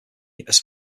supposed